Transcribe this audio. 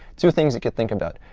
two things you could think about.